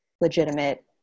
legitimate